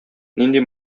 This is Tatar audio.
нинди